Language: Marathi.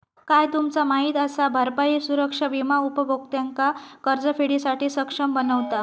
काय तुमचा माहित असा? भरपाई सुरक्षा विमा उपभोक्त्यांका कर्जफेडीसाठी सक्षम बनवता